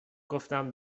گفتم